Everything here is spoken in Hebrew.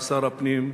שר הפנים,